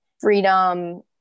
freedom